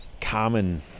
common